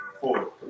four